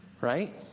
Right